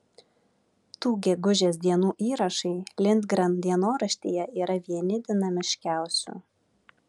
tų gegužės dienų įrašai lindgren dienoraštyje yra vieni dinamiškiausių